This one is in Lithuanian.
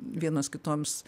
vienos kitoms